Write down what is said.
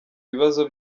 bibazo